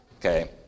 okay